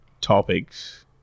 topics